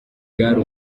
bwari